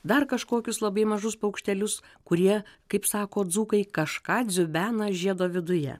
dar kažkokius labai mažus paukštelius kurie kaip sako dzūkai kažką dziubena žiedo viduje